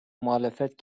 muhalefet